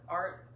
art